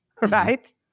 right